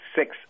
six